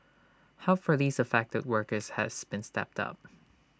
help for these affected workers has been stepped up